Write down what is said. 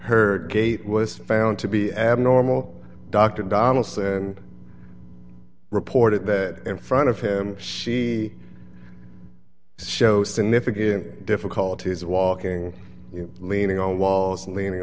her gait was found to be abnormal dr donaldson reported that in front of him she shows significant difficulties walking in leaning on walls leaning